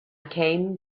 came